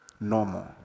normal